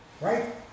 right